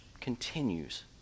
continues